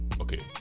okay